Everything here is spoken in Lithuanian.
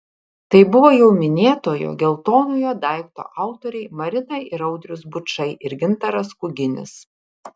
tai buvo jau minėtojo geltonojo daikto autoriai marina ir audrius bučai ir gintaras kuginis